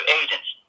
agents